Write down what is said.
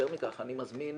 יותר מכך, אני מזמין